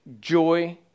joy